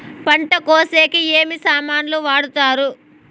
పంట కోసేకి ఏమి సామాన్లు వాడుతారు?